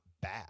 bad